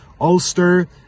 Ulster